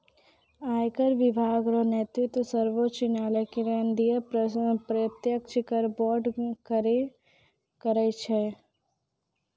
आयकर विभाग रो नेतृत्व सर्वोच्च निकाय केंद्रीय प्रत्यक्ष कर बोर्ड करै छै